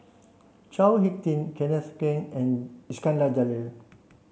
Chao Hick Tin Kenneth Keng and Iskandar Jalil